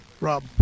Rob